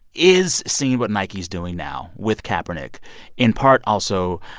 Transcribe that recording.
is seeing what nike's doing now with kaepernick in part, also,